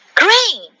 green